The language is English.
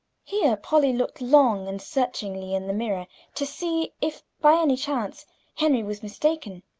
here polly looked long and searchingly in the mirror to see if by any chance henry was mistaken,